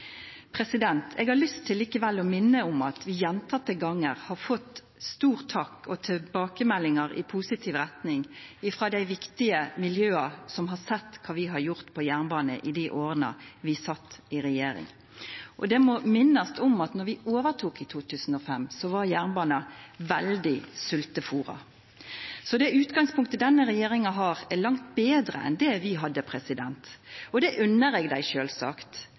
Eg har lyst til likevel å minna om at vi gong på gong har fått stor takk og tilbakemeldingar i positiv retning frå dei viktige miljøa som har sett kva vi har gjort på jernbane i dei åra vi sat i regjering. Det må minnast om at då vi overtok i 2005, var jernbanen veldig sveltefôra. Så det utgangspunktet denne regjeringa har, er langt betre enn det vi hadde, og det unner eg dei sjølvsagt,